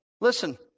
listen